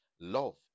Love